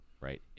right